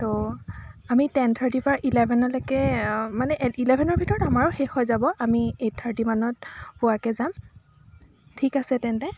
ত' আমি টেন থাৰ্টিৰ পৰা ইলেভেনলৈকে মানে ইলেভেনৰ ভিতৰত আমাৰো শেষ হৈ যাব আমি এইট থাৰ্টি মানত পোৱাকৈ যাম ঠিক আছে তেন্তে